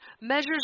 measures